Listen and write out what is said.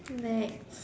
next